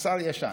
השר ישן,